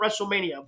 WrestleMania